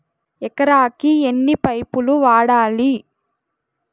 ఎకరాకి ఎన్ని పైపులు వాడాలి?